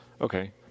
okay